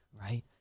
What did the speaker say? right